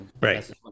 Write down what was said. Right